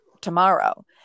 tomorrow